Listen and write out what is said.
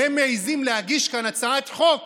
והם מעיזים להגיש כאן הצעת חוק